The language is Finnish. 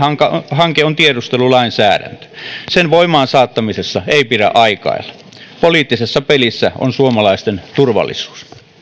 hanke on tiedustelulainsäädäntö sen voimaansaattamisessa ei pidä aikailla poliittisessa pelissä on suomalaisten turvallisuus